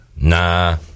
Nah